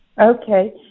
Okay